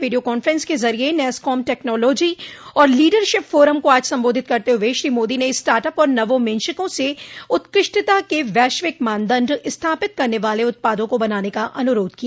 video conference के जरिए NASSCOM technology और लीडरशिप फोरम को आज संबोधित करते हुए श्री मोदी ने स्टार्टअप और नवोंमेषकों से उत्कृष्टता के वैश्विक मानदंड स्थापित करने वाले उत्पादों को बनाने का अनुरोध किया